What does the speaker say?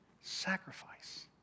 sacrifice